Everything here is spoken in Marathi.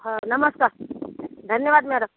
हं नमस्कार धन्यवाद मॅड